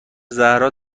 زهرا